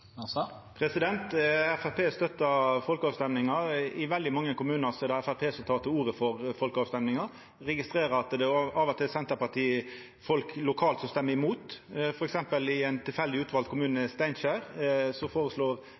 I veldig mange kommunar er det Framstegspartiet som tek til orde for folkeavrøystingar. Eg registrerer at det av og til er Senterparti-folk lokalt som stemmer imot. Som eit tilfeldig utvalt eksempel føreslo Framstegspartiet folkeavrøysting i Steinkjer.